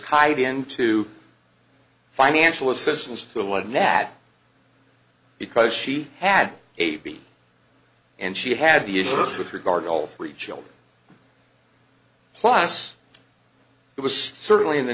tied in to financial assistance to one that because she had a baby and she had the issues with regard all three children plus it was certainly in the